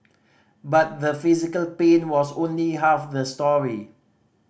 but the physical pain was only half the story